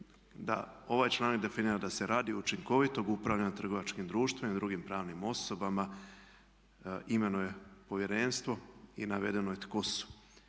da ovaj članak definira da se radi učinkovitog upravljanja trgovačkim društvima i drugim pravnim osobama imenuje povjerenstvo i navedeno je tko su.